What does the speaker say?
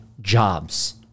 jobs